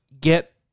get